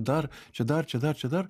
dar čia dar čia dar čia dar